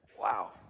Wow